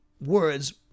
words